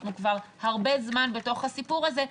אנחנו כבר הרבה זמן בסיפור הזה.